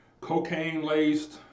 cocaine-laced